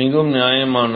மிகவும் நியாயமானது